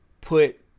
put